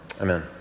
Amen